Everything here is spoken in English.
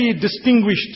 distinguished